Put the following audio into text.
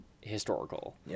historical